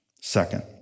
Second